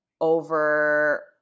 over